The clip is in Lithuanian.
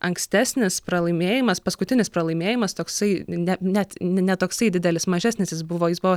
ankstesnis pralaimėjimas paskutinis pralaimėjimas toksai ne net ne toksai didelis mažesnis jis buvo jis buvo